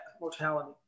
mortality